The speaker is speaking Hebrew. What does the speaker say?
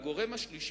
הגורם השלישי,